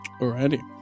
alrighty